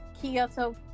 Kyoto